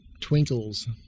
Twinkles